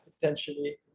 Potentially